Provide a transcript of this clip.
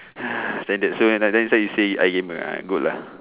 standard so many time then that why you say it I gamer I'm good lah